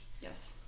Yes